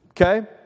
Okay